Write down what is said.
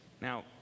Now